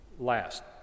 last